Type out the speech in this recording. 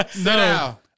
No